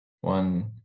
one